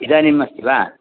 इदानीम् अस्ति वा